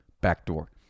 backdoor